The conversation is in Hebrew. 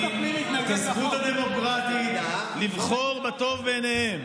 את הזכות הדמוקרטית לבחור בטוב בעיניהם.